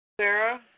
Sarah